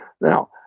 Now